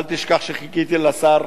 אל תשכח שחיכיתי לשר,